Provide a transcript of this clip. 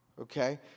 Okay